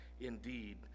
indeed